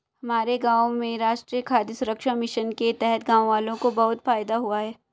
हमारे गांव में राष्ट्रीय खाद्य सुरक्षा मिशन के तहत गांववालों को बहुत फायदा हुआ है